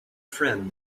friend